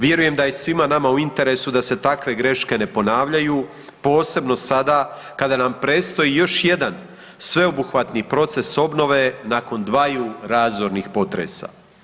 Vjerujem da je svima nama u interesu da se takve greške ne ponavljaju, posebno sada kada nam predstoji još jedan sveobuhvatni proces obnove nakon dvaju razornih potresa.